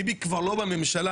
ביבי כבר לא בממשלה.